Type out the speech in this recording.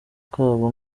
kabo